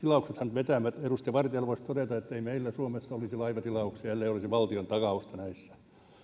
vetävät edustaja vartialle voisi todeta ettei meillä suomessa olisi laivatilauksia ellei olisi valtion takausta näissä